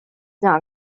not